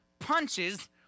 punches